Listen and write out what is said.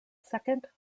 second